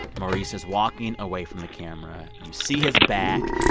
maurice is walking away from the camera. you see his back,